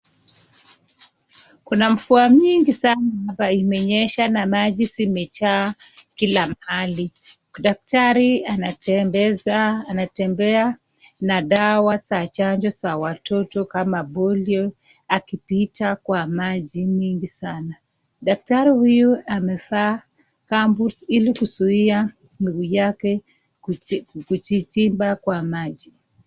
Kuna mvua mingi hapa imenyesha na maji zimejaa kila mahali. Daktari anatembea na dawa za chanjo za watoto kama polio akipita kwa maji mingi sana. Dakatari huyu amevaa gumboots ili kuzuia miguu yake kujichimba kwa maji.